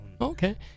Okay